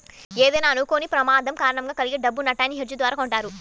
ఏదైనా అనుకోని ప్రమాదం కారణంగా కలిగే డబ్బు నట్టాన్ని హెడ్జ్ ద్వారా కొంటారు